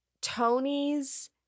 Tony's